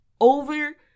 over